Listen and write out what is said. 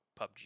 PUBG